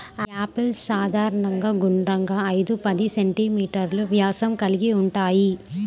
apples సాధారణంగా గుండ్రంగా, ఐదు పది సెం.మీ వ్యాసం కలిగి ఉంటాయి